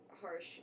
harsh